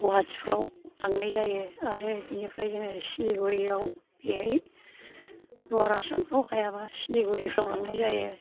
गुवाहाटिफ्राव लांनाय जायो आरो बेनिफ्राय जोङो सिलिगुरियाव बेहाय लवार आसामफ्राव हायाबा सिलिगुरिफ्राव लांनाय जायो